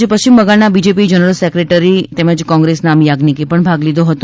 તેમજ પશ્ચિમ બંગાળના બીજેપી જનરલ સેક્રેટરી કોંગ્રેસના અમી યાજ્ઞીકે ભાગ લીધો હતો